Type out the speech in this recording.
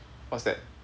what's that